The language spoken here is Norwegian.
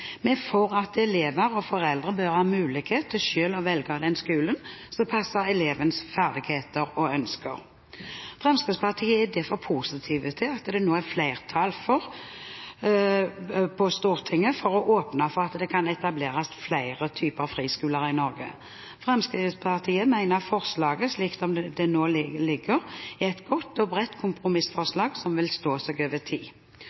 er for at elever og foreldre bør ha mulighet til selv å velge den skolen som passer elevens ferdigheter og ønsker. Fremskrittspartiet er derfor positiv til at det nå er flertall på Stortinget for å åpne for at det kan etableres flere typer friskoler i Norge. Fremskrittspartiet mener forslaget slik det nå ligger, er et godt og bredt kompromissforslag som vil stå seg over tid.